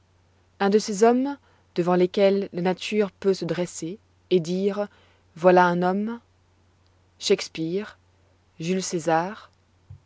un de ces hommes devant lesquels la nature peut se dresser et dire voilà un homme shakespeare jules césar